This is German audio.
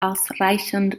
ausreichend